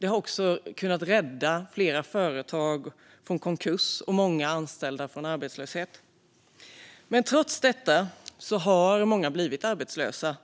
Det har också kunnat rädda flera företag från konkurs och många anställda från arbetslöshet. Trots detta har många blivit arbetslösa.